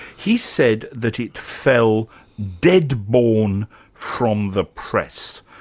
he said that it fell dead-born from the press.